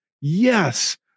Yes